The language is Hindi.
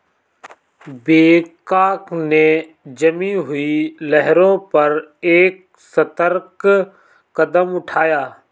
बियांका ने जमी हुई लहरों पर एक सतर्क कदम उठाया